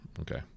Okay